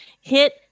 hit